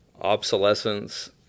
obsolescence